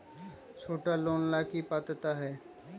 छोटा लोन ला की पात्रता है?